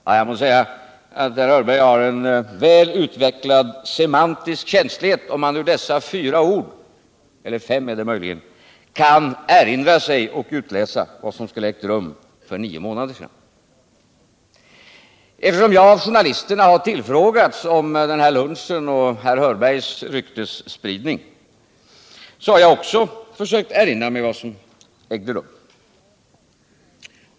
Ja, jag måste säga att herr Hörberg har en väl utvecklad semantisk känslighet, om han ur dessa fyra ord kan erinra sig och utläsa vad som skulle ha ägt rum för nio månader sedan! Eftersom jag av journalisterna tillfrågats om den här lunchen och herr Hörbergs ryktesspridning, har jag också försökt erinra mig vad som ägde rum.